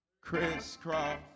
crisscross